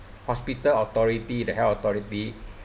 hospital authority the health authority